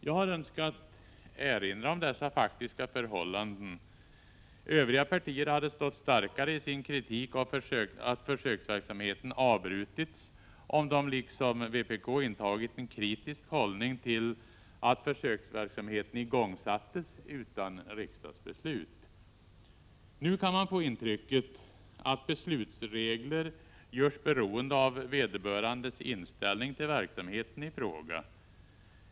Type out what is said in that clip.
Jag har önskat erinra om dessa faktiska förhållanden. Övriga partier hade stått starkare i sin kritik av att försöksverksamheten avbrutits, om de liksom vpk intagit en kritisk hållning till att försöksverksamheten igångsattes utan riksdagsbeslut. Nu kan man få intrycket att beslutsregler görs beroende av vederbörandes inställning till verksamheten i fråga.